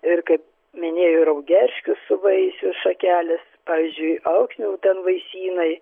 ir kaip minėjo ir raugerškių su vaisių šakelės pavyzdžiui alksnių ten vaisynai